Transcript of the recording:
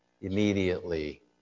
immediately